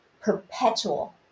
perpetual